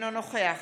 אינו נוכח